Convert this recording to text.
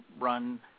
run